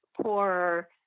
poorer